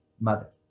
mother